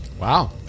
Wow